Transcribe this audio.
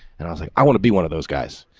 and i think i want to be one of those guys.